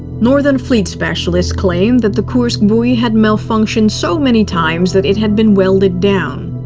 northern fleet specialists claimed that the kursk's buoy had malfunctioned so many times that it had been welded down.